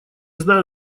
знаю